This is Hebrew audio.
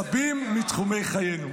רבים מתחומי חיינו".